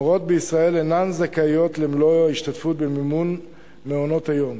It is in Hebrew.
מורות בישראל אינן זכאיות למלוא ההשתתפות במימון מעונות-היום